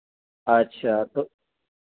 अच्छा तो